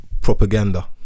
propaganda